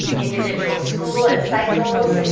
individual school and cycles.